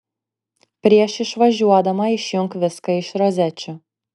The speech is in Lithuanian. prieš išvažiuodama išjunk viską iš rozečių